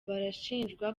barashinjwa